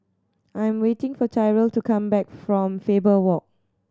I'm waiting for Tyrell to come back from Faber Walk